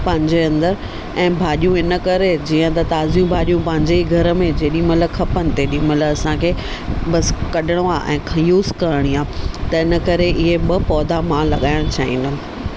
पंहिंजे अंदरि ऐं भाॼियूं इन करे जीअं त ताज़ियूं भाॼी पंहिंजे ई घर में जंहिं महिल खपनि तंहिं महिल असांखे बस कढणो आहे ऐं यूज़ करणी आहे त इन करे इहे ॿ पौधा मां लॻाइण चाहींदमि